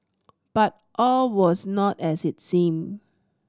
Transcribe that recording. but all was not as it seemed